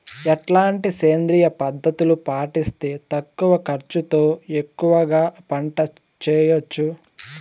ఎట్లాంటి సేంద్రియ పద్ధతులు పాటిస్తే తక్కువ ఖర్చు తో ఎక్కువగా పంట చేయొచ్చు?